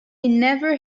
never